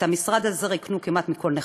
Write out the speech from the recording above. את המשרד הזה רוקנו כמעט מכל נכסיו,